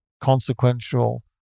consequential